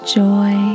joy